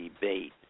Debate